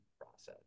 process